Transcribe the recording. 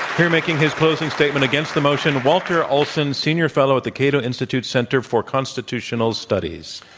here making his closing statement against the motion, walter olson, senior fellow at the cato institute center for constitutional studies.